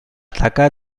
taca